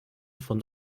von